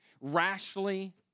rashly